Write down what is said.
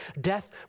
death